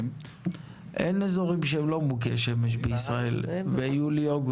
אין אזורים שהם לא מוכי שמש בישראל ביולי-אוגוסט.